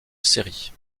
série